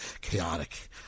chaotic